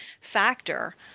factor